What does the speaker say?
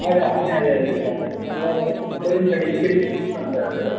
അതെ അതെ അതെ അതെ സാർ അത് നമ്മള് നമ്മൾ ഒരു മെഡിക്കൽ ഇൻഷുറൻസ് ആണ് സാർ അത്